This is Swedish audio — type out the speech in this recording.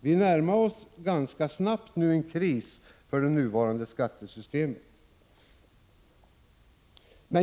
Vi närmar oss nu ganska snabbt en kris för det nuvarande skattesystemet.